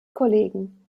kollegen